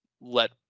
let